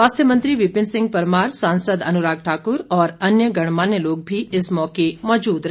स्वास्थ्य मंत्री विपिन सिंह परमार सांसद अनुराग ठाकुर और अन्य गणमान्य लोग भी इस मौके मौजूद रहे